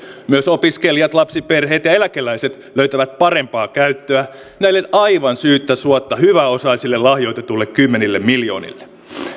myös opiskelijat lapsiperheet ja eläkeläiset löytävät parempaa käyttöä näille aivan syyttä suotta hyväosaisille lahjoitetuille kymmenille miljoonille